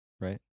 right